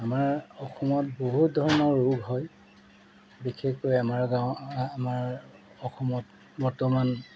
আমাৰ অসমত বহুত ধৰণৰ ৰোগ হয় বিশেষকৈ আমাৰ গাঁও আমাৰ অসমত বৰ্তমান